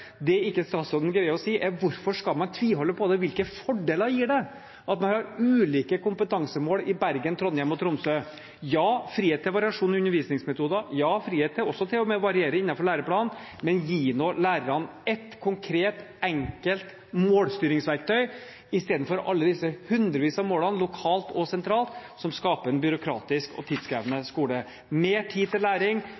Det som statsråden ikke greier å si, er hvorfor man skal tviholde på det. Hvilke fordeler gir det at man har ulike kompetansemål i Bergen, Trondheim og Tromsø? Ja – frihet til variasjon i undervisningsmetoder, ja – frihet til også å variere innenfor læreplanen. Men gi lærerne ett konkret og enkelt målstyringsverktøy istedenfor alle de hundrevis av målene, lokalt og sentralt, som skaper en byråkratisk og